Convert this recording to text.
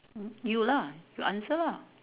you lah you answer lah